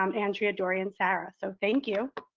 um andrea, dorie and sarah. so thank you.